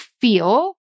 feel